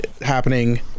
happening